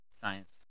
science